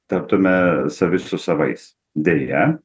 taptume savi su savais deja